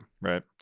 right